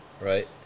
right